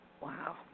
Wow